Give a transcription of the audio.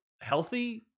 healthy